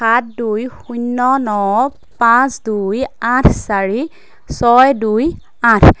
সাত দুই শূন্য ন পাঁচ দুই আঠ চাৰি ছয় দুই আঠ